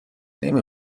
نمی